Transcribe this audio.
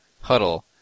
Huddle